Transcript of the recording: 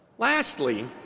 lastly,